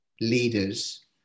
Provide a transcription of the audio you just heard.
leaders